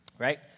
right